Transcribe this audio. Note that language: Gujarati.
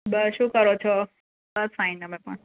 બસ શું કરો છો બસ ફાઇન અમે પણ